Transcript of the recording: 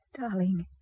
Darling